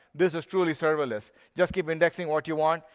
this is truly serverless. just keep indexing what you want.